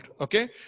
okay